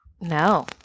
No